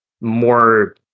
more